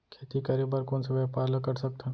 खेती करे बर कोन से व्यापार ला कर सकथन?